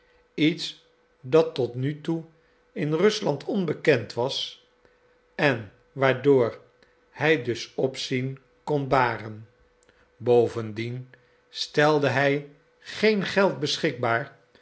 iets dat tot nu toe in rusland onbekend was en waardoor hij dus opzien kon baren bovendien stelde hij geen geld beschikbaar